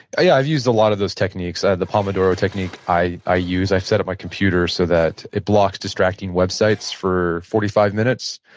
yeah i've used a lot of those techniques. the pomodoro technique i i use. i've set up my computer so that it blocks distracting websites for forty five minutes,